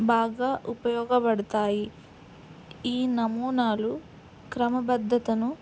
బాగా ఉపయోగపడతాయి ఈ నమూనాలు క్రమబద్ధతను